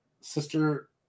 Sister